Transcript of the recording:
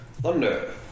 Thunder